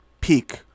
peak